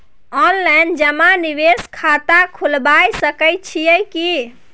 Online जमा निवेश खाता खुलाबय सकै छियै की?